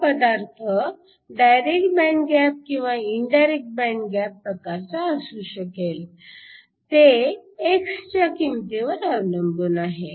हा पदार्थ direct band gap किंवा इनडायरेक्ट बँड गॅप प्रकारचा असू शकेल ते x च्या किंमतीवर अवलंबून आहे